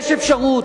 יש אפשרות.